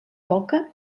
poca